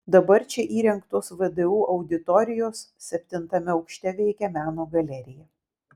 dabar čia įrengtos vdu auditorijos septintame aukšte veikia meno galerija